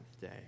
day